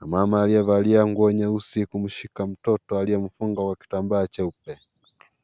na mama aliyevalia nguo nyeusi kumshika mtoto aliyemfunga kitambaa jeupe.